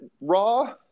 Raw